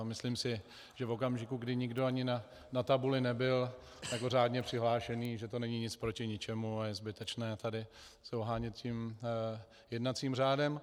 Myslím si, že v okamžiku, kdy nikdo ani na tabuli nebyl jako řádně přihlášený, že to není nic proti ničemu a je zbytečné se tady ohánět jednacím řádem.